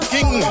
King